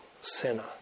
sinner